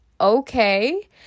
okay